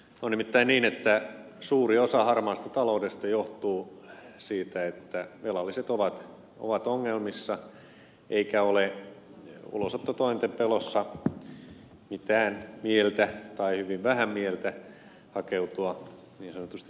on nimittäin niin että suuri osa harmaasta taloudesta johtuu siitä että velalliset ovat ongelmissa eikä ole ulosottotointen pelossa mitään mieltä tai on hyvin vähän mieltä hakeutua niin sanotusti virallisiin töihin